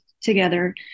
together